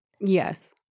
Yes